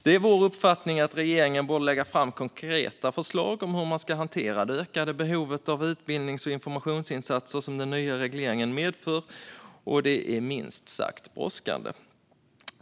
Det är vår uppfattning att regeringen borde lägga fram konkreta förslag om hur man ska hantera det ökade behov av utbildnings och informationsinsatser som den nya regleringen medför, och det är minst sagt brådskande.